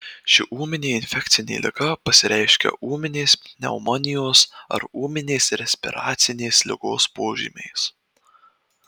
ši ūminė infekcinė liga pasireiškia ūminės pneumonijos ar ūminės respiracinės ligos požymiais